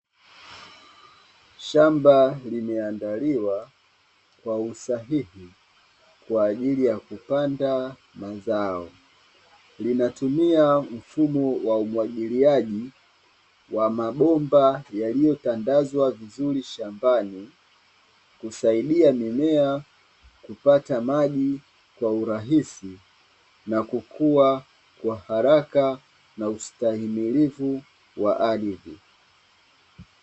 Shamba limeandaliwa kwa usahihi kwa ajili ya kupanda mazao, linatumia mfumo wa umwagiliaji wa mabomba yaliyotandazwa vizuri shambani, kusaidia mimea kupata maji kwa urahisi na kukua kwa haraka na ustahimilivu wa ardhi.